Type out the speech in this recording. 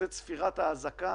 זו צפירת האזעקה